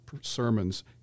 sermons